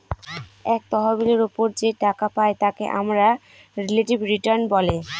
এক তহবিলের ওপর যে টাকা পাই তাকে আমরা রিলেটিভ রিটার্ন বলে